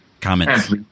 comments